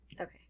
Okay